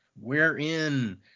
wherein